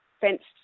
fenced